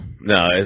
No